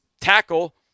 tackle